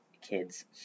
kids